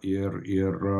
ir ir